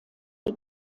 die